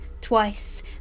twice